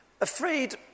afraid